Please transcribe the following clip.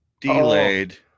delayed